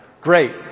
Great